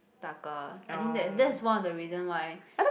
大哥 I think that that's one of the reason why